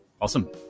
Awesome